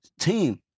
team